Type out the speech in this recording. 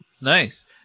Nice